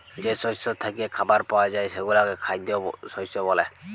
যে শস্য থ্যাইকে খাবার পাউয়া যায় সেগলাকে খাইদ্য শস্য ব্যলে